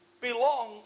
belong